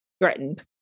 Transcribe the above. threatened